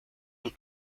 und